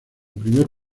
primer